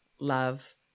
love